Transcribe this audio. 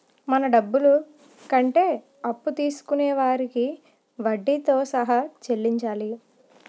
మన డబ్బులు కంటే అప్పు తీసుకొనే వారికి వడ్డీతో సహా చెల్లించాలి